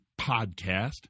podcast